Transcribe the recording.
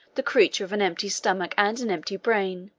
the creature of an empty stomach and an empty brain,